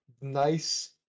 nice